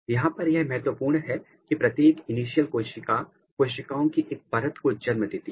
यहां पर यह महत्वपूर्ण है कि प्रत्येक इनिशियल कोशिका कोशिकाओं की एक परत को जन्म देती है